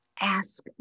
Ask